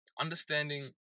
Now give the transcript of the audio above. Understanding